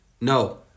no